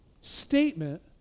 statement